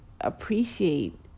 appreciate